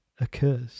occurs